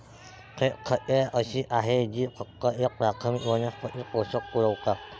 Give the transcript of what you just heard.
थेट खते अशी आहेत जी फक्त एक प्राथमिक वनस्पती पोषक पुरवतात